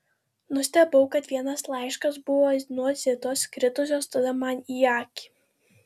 nustebau kad vienas laiškas buvo nuo zitos kritusios tada man į akį